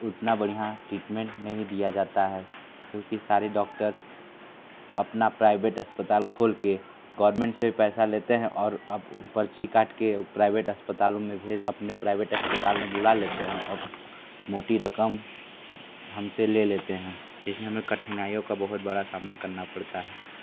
उतना बढ़िया ट्रीटमेंट नहीं दिया जाता है क्योंकि सारे डॉक्टर अपना प्राइवेट अस्पताल खोलके गौरमेंट से पैसा लेते हैं और अप पर्ची काटके प्राइवेट अस्पतालो में भेज अपने प्राइवेट अस्पताल में बुला लेते हैं और मोटी रकम हमसे ले लेते हैं इसमें हमें कठिनाइयों का बहुत बड़ा सामना करना पड़ता है